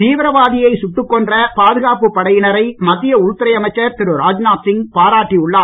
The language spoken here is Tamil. தீவிரவாதியை சுட்டுக் கொன்ற பாதுகாப்பு படையினரை மத்திய உள்துறை அமைச்சர் திரு ராஜ்நாத் சிங் பாராட்டி உள்ளார்